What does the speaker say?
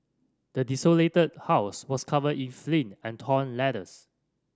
the desolated house was covered in and torn letters